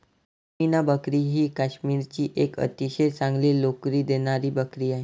पश्मिना बकरी ही काश्मीरची एक अतिशय चांगली लोकरी देणारी बकरी आहे